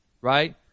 right